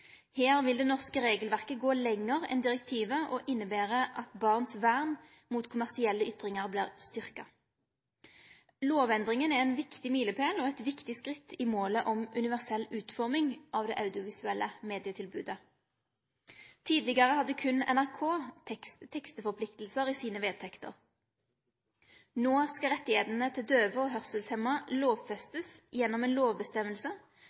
Her vil det norske regelverket gå lenger enn direktivet og innebere at barn sitt vern mot kommersielle ytringar vert styrkt. Lovendringa er ein viktig milepæl og eit viktig skritt mot målet om universell utforming av det audiovisuelle medietilbodet. Tidlegare hadde berre NRK teksteforpliktingar i sine vedtekter. No skal rettane til døve og hørselshemma